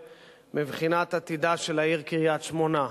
מבחינת עתידה של העיר קריית-שמונה.